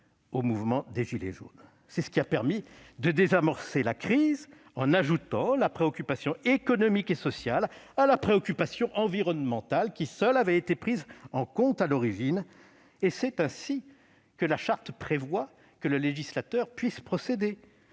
Celui-ci a pu ainsi désamorcer la crise, en ajoutant la préoccupation économique et sociale à la préoccupation environnementale qui seule avait été prise en compte, à l'origine. Telle est la manière dont la Charte prévoit que le législateur pourra procéder.